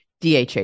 DHA